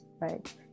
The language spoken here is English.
right